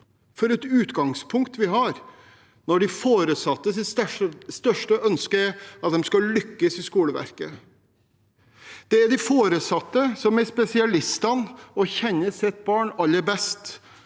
For et utgangspunkt vi har når de foresattes største ønske er at barnet deres skal lykkes i skoleverket! Det er de foresatte som er spesialistene og kjenner sitt barn aller best,